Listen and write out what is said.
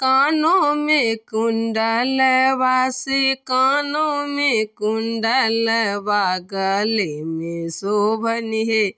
कानोमे कुण्डलबा से कानोमे कुण्डलबा गलेमे शोभनि हे